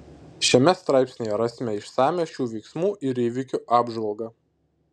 šiame straipsnyje rasime išsamią šių veiksmų ir įvykių apžvalgą